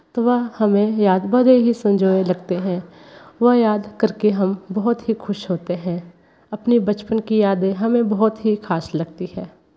तो वह हमें याद बड़े ही संजोय लगते हैं वह याद करके हम बहुत ही खुश होते हैं अपने बचपन की यादें हमें बहुत ही खास लगती है